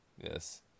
Yes